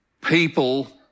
people